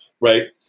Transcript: right